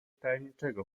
tajemniczego